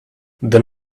then